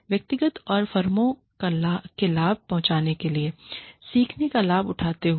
व्यक्तिगत और फर्मों को लाभ पहुंचाने के लिए सीखने का लाभ उठाते हुए